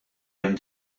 hemm